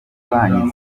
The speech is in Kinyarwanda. banki